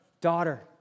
daughter